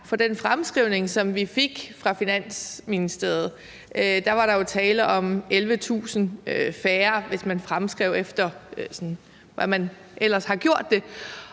for den fremskrivning, som vi fik fra Finansministeriet. Der var der jo tale om 11.000 færre, hvis man fremskrev, efter hvordan man ellers har gjort det.